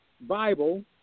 Bible